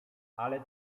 ale